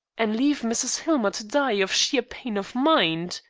and leave mrs. hillmer to die of sheer pain of mind?